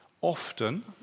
often